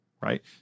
right